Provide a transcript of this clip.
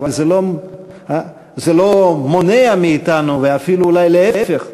אבל זה לא מונע מאתנו, ואפילו אולי להפך,